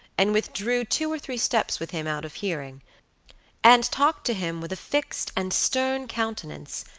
and withdrew two or three steps with him out of hearing and talked to him with a fixed and stern countenance,